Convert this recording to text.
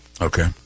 Okay